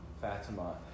Fatima